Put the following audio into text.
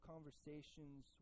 conversations